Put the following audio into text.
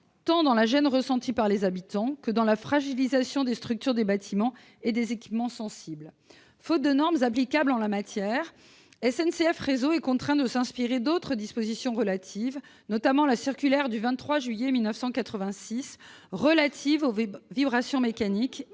tant dans la gêne ressentie par les habitants que dans la fragilisation des structures des bâtiments et des équipements sensibles. Faute de normes applicables en la matière, SNCF Réseau est contraint de s'inspirer d'autres dispositions, notamment de la circulaire du 23 juillet 1986 relative aux vibrations mécaniques